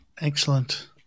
Excellent